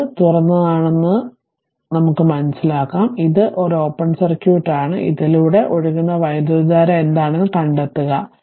അതിനാൽ ഇത് തുറന്നതാണെന്നതാണ് ചോദ്യം ഇത് തുറന്നതാണ് അതിനാൽ ഇത് ഓപ്പൺ സർക്യൂട്ട് ആണ് അതിനാൽ ഇതിലൂടെ ഒഴുകുന്ന വൈദ്യുതധാര എന്താണെന്ന് കണ്ടെത്തുക